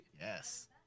Yes